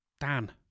Dan